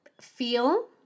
feel